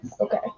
Okay